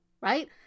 Right